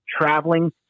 traveling